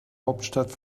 hauptstadt